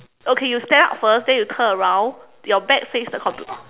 okay you stand up first then you turn around your back face the compu~